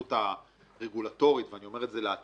ההתנהגות הרגולטורית, ואני אומר את זה לעתיד